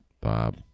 Bob